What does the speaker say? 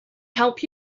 help